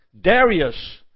Darius